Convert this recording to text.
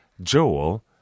Joel